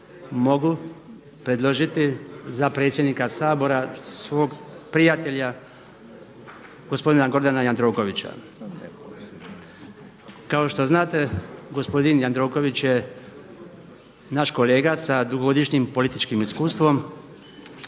mogu predložiti za predsjednika Sabora svog prijatelja gospodina Gordana Jandrokovića. Kao što znate gospodin Jandroković je naš kolega sa dugogodišnjim političkim iskustvom